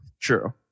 true